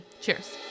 Cheers